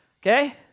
okay